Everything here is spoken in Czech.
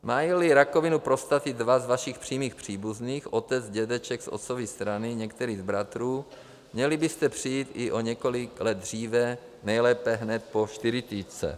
Majíli rakovinu prostaty dva z vašich přímých příbuzných otec, dědeček z otcovy strany, některý z bratrů měli byste přijít i o několik let dříve, nejlépe hned po čtyřicítce.